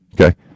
okay